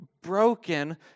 broken